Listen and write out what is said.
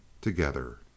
together